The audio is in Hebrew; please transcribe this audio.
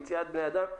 יציאת בני אדם,